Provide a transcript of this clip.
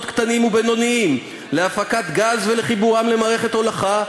קטנים ובינוניים להפקת גז ולחיבורם למערכת הולכה,